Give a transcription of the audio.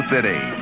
City